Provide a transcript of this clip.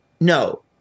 No